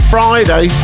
Friday